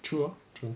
true hor true